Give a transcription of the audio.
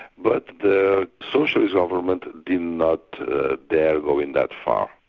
but the socialist government did not dare go in that far.